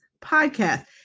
podcast